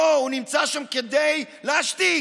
לא, הוא נמצא שם כדי להשתיק.